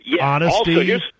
Honesty